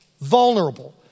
Vulnerable